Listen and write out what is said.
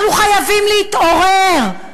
אנחנו חייבים להתעורר.